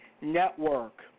Network